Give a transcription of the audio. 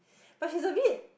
but she's a bit